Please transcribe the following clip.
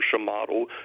model